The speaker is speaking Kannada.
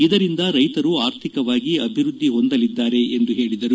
ಇದರಿಂದ ರೈತರು ಆರ್ಥಿಕವಾಗಿ ಅಭಿವೃದ್ಧಿ ಹೊಂದಲಿದ್ದಾರೆ ಎಂದು ಹೇಳಿದರು